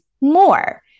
more